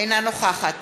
אינה נוכחת